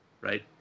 right